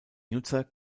nutzer